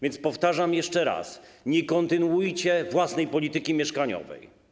Więc powtarzam jeszcze raz: nie kontynuujcie własnej polityki mieszkaniowej.